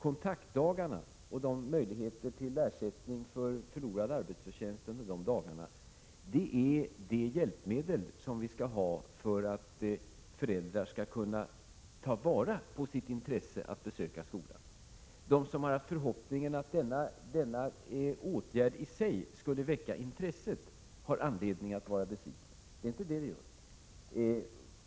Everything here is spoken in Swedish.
Möjligheterna till ersättning för förlorad arbetsförtjänst under kontaktdagarna är det hjälpmedel som vi skall ha för att föräldrarna skall kunna ta vara på sitt intresse av att besöka skolan. De som haft förhoppningen att denna åtgärd i sig skulle väcka intresse för skolan har anledning att vara besvikna — så fungerar det inte.